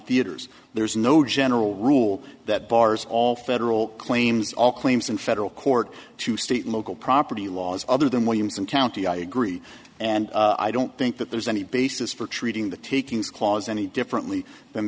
theatres there is no general rule that bars all federal claims all claims in federal court to state local property laws other than williamson county i agree and i don't think that there's any basis for treating the takings clause any differently than